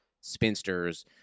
Spinster's